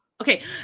Okay